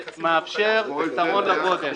שמאפשר יתרון לגודל.